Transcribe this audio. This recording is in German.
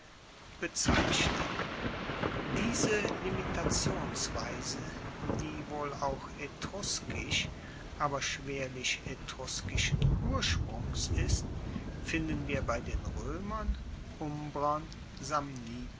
bezeichnen diese limitationsweise die wohl auch etruskisch aber schwerlich etruskischen ursprungs ist finden wir bei den roemern umbrern